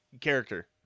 character